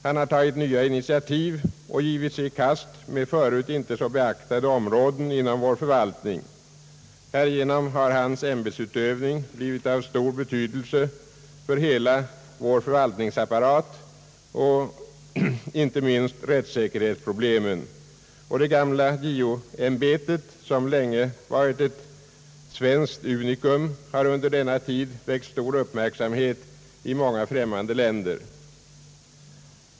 Han har tagit nya initiativ och givit sig i kast med förut inte så beaktade områden inom vår förvaltning. Härigenom har hans ämbetsutövning blivit av stor betydelse för hela vår förvaltningsapparat och inte minst rättssäkerhetsproblemen. Det gamla JO-ämbetet, som länge varit ett svenskt unikum, har under denna tid väckt stor uppmärksamhet i många främmande länder.